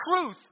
truth